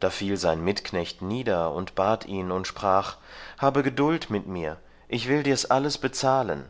da fiel sein mitknecht nieder und bat ihn und sprach habe geduld mit mir ich will dir's alles bezahlen